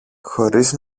χωρίς